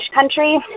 country